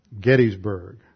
Gettysburg